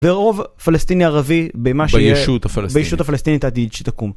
ורוב פלסטיני ערבי בישות הפלסטינית העתידית שתקום.